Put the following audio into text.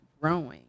growing